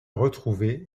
retrouver